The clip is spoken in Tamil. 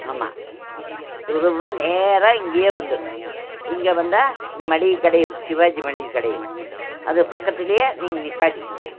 ஆமாம் துருவா நேராக இங்கேயே வந்துடும் இங்கே வந்தால் இந்த மளிகை கடை இருக்குது சிவாஜி மளிகை கடைன்னு அது பக்கத்திலேயே நீங்கள் நிற்பாட்டிக்குங்க